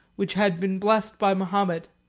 which had been blessed by mahomet,